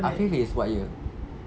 afif is what year